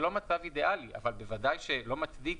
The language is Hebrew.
זה לא מצב אידאלי, אבל בוודאי הוא לא מצדיק